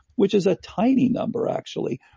which is a tiny number, actually,